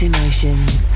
Emotions